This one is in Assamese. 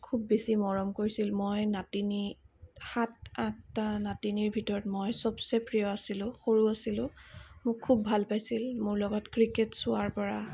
খুব বেছি মৰম কৰিছিল মই নাতিনী সাত আঠটা নাতিনীৰ ভিতৰত মই চবচে প্ৰিয় আছিলোঁ সৰু আছিলোঁ মোক খুব ভাল পাইছিল মোৰ লগত ক্ৰিকেট চোৱাৰ পৰা